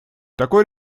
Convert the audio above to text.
такой